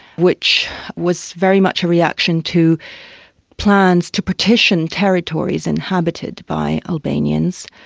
which was very much a reaction to plans to partition territories inhabited by albanians.